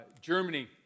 Germany